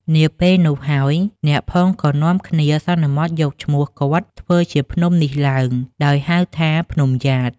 នាពេលនោះហើយអ្នកផងក៏នាំគ្នាសន្មត់យកឈ្មោះគាត់ធ្វើជាឈ្មោះភ្នំនេះឡើង ដោយហៅថា ភ្នំយ៉ាត។